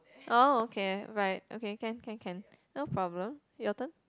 oh okay right okay can can can no problem your turn